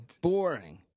Boring